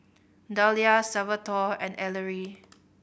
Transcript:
Dahlia Salvatore and Ellery